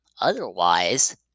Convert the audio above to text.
Otherwise